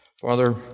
Father